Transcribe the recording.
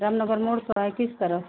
राम नगर मोड़ पर है किस तरफ़